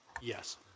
Yes